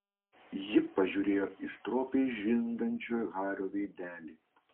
ji pažiūrėjo į stropiai žindančio hario veidelį